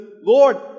Lord